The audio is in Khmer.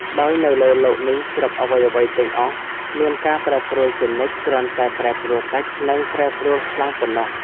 ដោយនៅលើលោកនេះគ្រប់អ្វីៗទាំងអស់មានការប្រែប្រួលជានិច្ច គ្រាន់តែប្រែប្រួលតិច និងប្រែប្រួលខ្លាំងប៉ុណ្តោះ។